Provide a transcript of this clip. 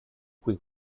cui